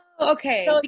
okay